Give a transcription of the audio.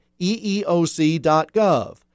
eeoc.gov